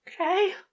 Okay